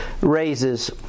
raises